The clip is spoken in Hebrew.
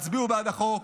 הצביעו בעד החוק.